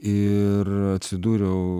ir atsidūriau